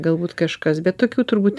galbūt kažkas bet tokių turbūt